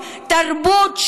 טרור.